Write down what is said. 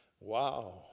Wow